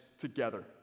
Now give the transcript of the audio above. together